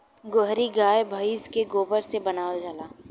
गोहरी गाय भइस के गोबर से बनावल जाला